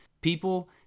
people